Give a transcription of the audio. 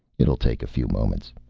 it'll take a few moments.